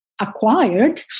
Acquired